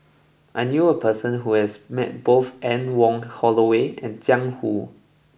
I knew a person who has met both Anne Wong Holloway and Jiang Hu